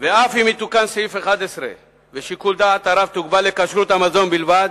ואף אם יתוקן סעיף 11 ושיקול דעת הרב תוגבל לכשרות המזון בלבד,